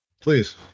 Please